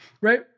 Right